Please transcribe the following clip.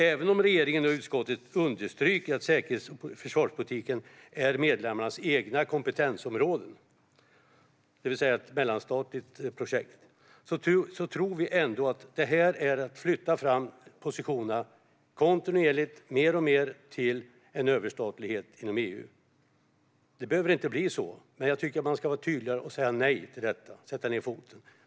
Även om regeringen och utskottet understryker att säkerhets och försvarspolitiken är medlemsstaternas egna kompetensområden, det vill säga ett mellanstatligt projekt, tror vi ändå att det här handlar om att kontinuerligt flytta fram positionerna mer och mer mot en överstatlighet inom EU. Det behöver inte bli så, men jag tycker att man ska vara tydligare, sätta ned foten och säga nej till detta.